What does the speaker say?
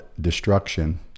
destruction